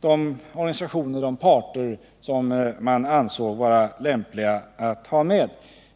från de organisationer och partier riksdagen ansåg vara lämpliga att ta med.